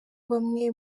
bamwe